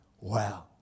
Wow